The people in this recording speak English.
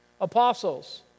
apostles